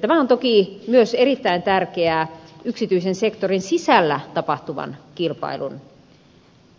tämä on toki myös erittäin tärkeää yksityisen sektorin sisällä tapahtuvan reilun kilpailun